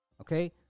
Okay